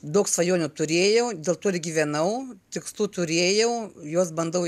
daug svajonių turėjau dėl to ir gyvenau tikslų turėjau juos bandau